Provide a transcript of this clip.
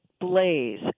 Blaze